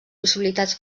possibilitats